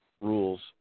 rules